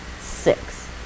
six